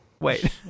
Wait